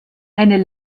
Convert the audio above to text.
eine